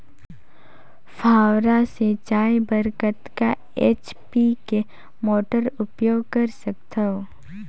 फव्वारा सिंचाई बर कतका एच.पी के मोटर उपयोग कर सकथव?